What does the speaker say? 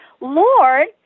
Lord